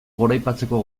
goraipatzeko